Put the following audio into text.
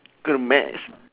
good at maths